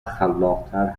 خلاقتر